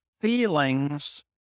feelings